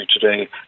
today